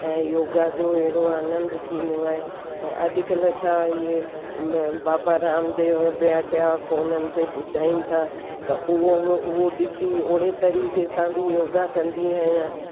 ऐं योगा जो अहिड़ो आनंद थींदो आहे ऐं अॼुकल्ह छा इहे म बाबा रामदेव ॿियां टियां फोननि ते ॿुधाईनि था त उहो बि उहो ॾिसी ओहिड़े तरीक़े सां बि योगा कंदी आहियां